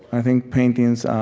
i think paintings um